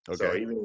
Okay